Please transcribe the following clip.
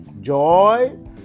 joy